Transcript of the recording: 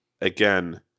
again